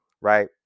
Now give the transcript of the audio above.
right